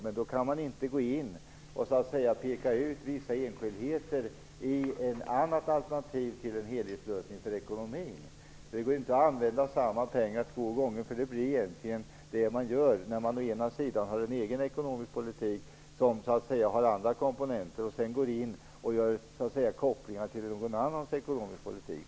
Men då kan man inte peka ut enskildheter i ett annat alternativ till en helhetslösning för ekonomin. Det går inte att använda samma pengar två gånger. Det är egentligen det man gör när man har en egen ekonomisk politik som har andra komponenter och sedan gör kopplingar till någon annans ekonomiska politik.